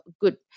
good